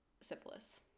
syphilis